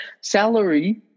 salary